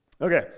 Okay